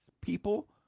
People